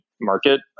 market